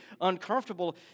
uncomfortable